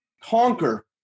conquer